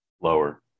Lower